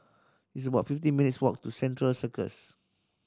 it's about fifty minutes' walk to Central Circus